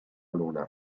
luna